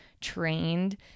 trained